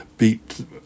beat